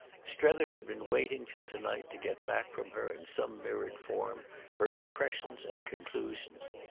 strether had been waiting till tonight to get back from her in some mirrored form her impressions and conclusions.